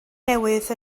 newydd